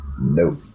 nope